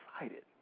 excited